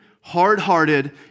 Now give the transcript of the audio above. hard-hearted